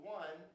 one